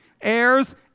Heirs